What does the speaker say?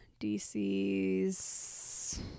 dc's